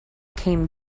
came